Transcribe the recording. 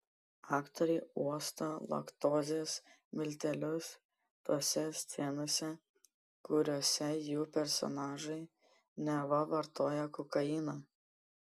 aktoriai uosto laktozės miltelius tose scenose kuriose jų personažai neva vartoja kokainą